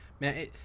Man